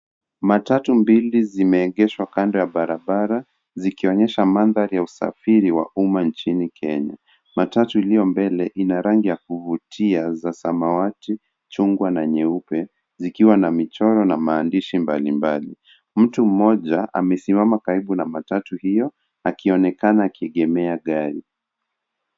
Matatu mbili zimeegeshwa kando ya barabara zikionyesha mandhari ya usafiri wa umma nchini Kenya. Matatu iliyo mbele ina rangi ya kuvutia za samawati, chungwa na nyeupe zikiwa na michoro na maandishi mbalimbali. Mtu mmoja amesimama karibu na matatu hiyo akionekana akiegemea gari.